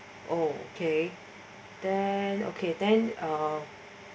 okay then okay then uh